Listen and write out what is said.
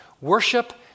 Worship